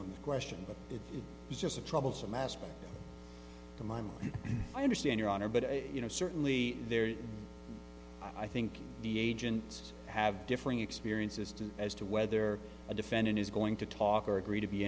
or question but it is just a troublesome aspect c'mon i understand your honor but you know certainly there i think the agents have differing experiences to as to whether a defendant is going to talk or agree to be